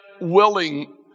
willing